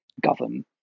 govern